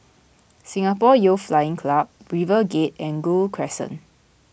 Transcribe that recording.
Singapore Youth Flying Club RiverGate and Gul Crescent